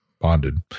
Bonded